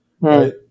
Right